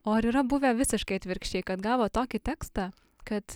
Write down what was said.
o ar yra buvę visiškai atvirkščiai kad gavot tokį tekstą kad